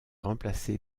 remplacé